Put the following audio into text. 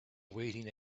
waiting